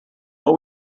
what